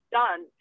done